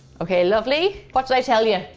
okay, lovely. what did i tell you?